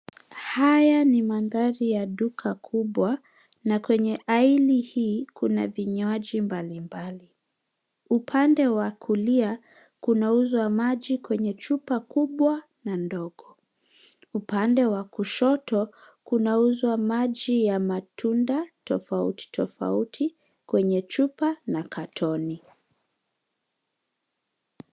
Haya ni mandhari ya duka kubwa na kwenye aile hii kuna vinywaji mbalimbali. Upande wa kulia, kunauzwa maji kwenye chupa kubwa na ndogo. Upande wa kushoto kunauzwa maji ya matunda tofauti, tofauti kwenye chupa na katoni.